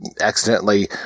accidentally